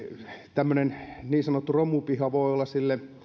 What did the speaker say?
tämmöinen niin sanottu romupiha voi olla sille